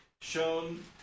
Shown